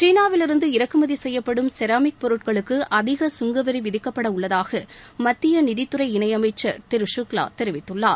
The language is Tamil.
சீனாவிலிருந்து இறக்குமதி செய்யப்படும் செராமிக் பொருட்களுக்கு அதிக சுங்கவரி விதிக்கப்பட உள்ளதாக மத்திய நிதித்துறை இணையமைச்சர் திரு எஸ் பி ஷூக்வா தெரிவித்துள்ளார்